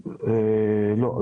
לא.